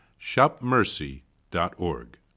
shopmercy.org